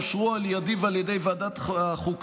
אושרו על ידי ועל ידי ועדת החוקה,